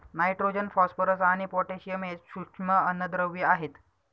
nitrogen, phosphorus आणि potassium हे सूक्ष्म अन्नद्रव्ये आहेत